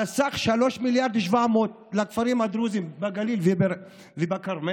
על סך 3.7 מיליארד לכפרים הדרוזיים בגליל ובכרמל